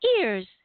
ears